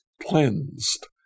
cleansed